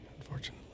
unfortunately